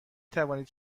توانید